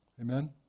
Amen